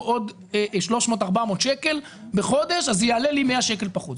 עוד 400-300 שקלים בחודש ואז יעלה לי 100 שקלים פחות.